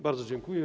Bardzo dziękuję.